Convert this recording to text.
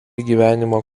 gyvenimo